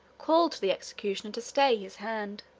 called to the executioner to stay his hand.